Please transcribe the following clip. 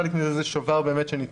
חלק מזה זה שובר לפרט,